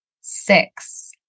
six